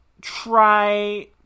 try